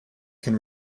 can